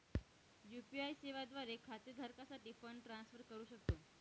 UPI सेवा द्वारे खाते धारकासाठी फंड ट्रान्सफर करू शकतो